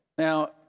Now